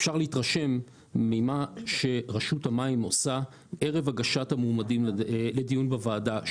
אפשר להתרשם ממה שרשות המים עושה ערב הגשת המועמדים לדיון בוועדה.